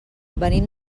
venim